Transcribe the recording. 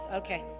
okay